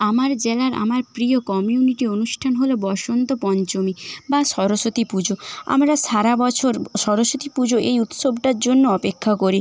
আমার জেলার আমার প্রিয় কমিউনিটি অনুষ্ঠান হলো বসন্ত পঞ্চমী বা সরস্বতী পুজো আমার সারা বছর সরস্বতী পুজো এই উৎসবটার জন্য অপেক্ষা করি